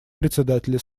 председателя